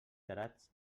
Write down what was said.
tarats